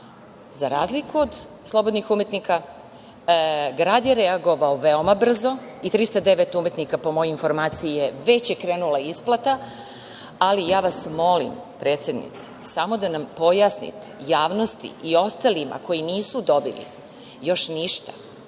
Za razliku od slobodnih umetnika grad je reagovao veoma brzo i 309 umetnika po mojoj informaciji je, već je krenula isplata, ali ja vas molim predsednice samo da nam pojasnite javnosti i ostalima koji nisu dobili još ništa,